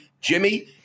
Jimmy